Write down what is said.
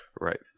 Right